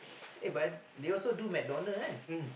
eh but they also do McDonald's one